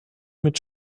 mit